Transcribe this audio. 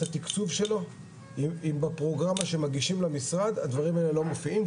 התקצוב שלו אם בפרוגרמה שמגישים למשרד הדברים האלה לא מופיעים,